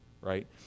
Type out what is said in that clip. right